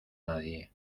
nadie